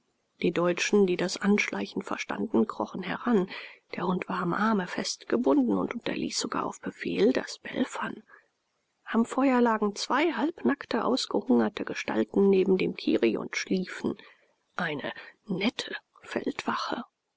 die deutschen die das anschleichen verstanden krochen heran der hund war am arme festgebunden und unterließ sogar auf befehl das belfern am feuer lagen zwei halbnackte ausgehungerte gestalten neben dem kirri und schliefen eine nette